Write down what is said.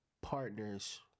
partners